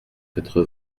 quatre